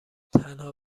تنها